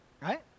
right